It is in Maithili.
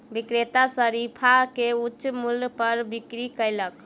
विक्रेता शरीफा के उच्च मूल्य पर बिक्री कयलक